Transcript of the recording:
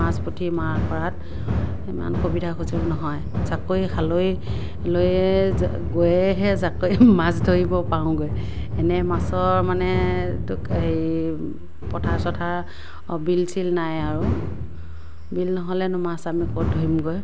মাছ পুঠি মৰা কৰাত সিমান সুবিধা সুযোগ নহয় জাকৈ খালৈ লৈয়ে গৈয়েহে জাকৈ মাছ ধৰিব পাৰোগৈ এনে মাছৰ মানে হেৰি পথাৰ চথাৰ বিল চিল নাই আৰু বিল নহ'লেনো মাছ আমি ক'ত ধৰিমগৈ